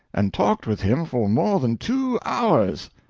and talked with him for more than two hours!